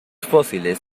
fósiles